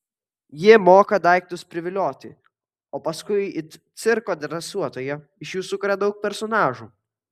ji moka daiktus privilioti o paskui it cirko dresuotoja iš jų sukuria daug personažų